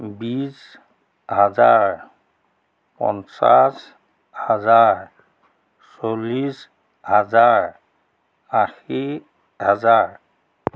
বিছ হাজাৰ পঞ্চাছ হাজাৰ চল্লিছ হাজাৰ আশী হাজাৰ